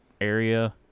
area